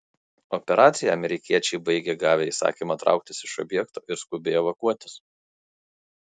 operaciją amerikiečiai baigė gavę įsakymą trauktis iš objekto ir skubiai evakuotis